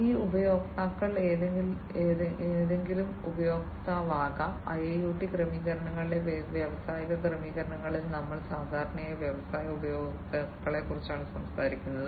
ഈ ഉപയോക്താക്കൾ ഏതെങ്കിലും ഉപയോക്താവാകാം IIoT ക്രമീകരണങ്ങളിലെ വ്യാവസായിക ക്രമീകരണങ്ങളിൽ ഞങ്ങൾ സാധാരണയായി വ്യവസായ ഉപയോക്താക്കളെക്കുറിച്ചാണ് സംസാരിക്കുന്നത്